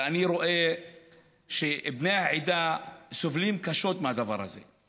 אני רואה שבני העדה סובלים קשות מהדבר הזה.